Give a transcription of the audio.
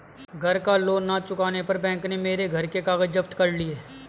घर का लोन ना चुकाने पर बैंक ने मेरे घर के कागज जप्त कर लिए